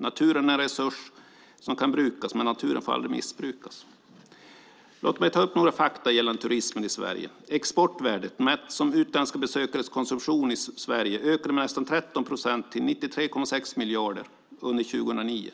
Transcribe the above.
Naturen är en resurs som kan brukas, men naturen får aldrig missbrukas. Låt mig ta upp några fakta gällande turismen i Sverige. Exportvärdet, mätt som utländska besökares konsumtion i Sverige, ökade med nästan 13 procent till 93,6 miljarder under 2009.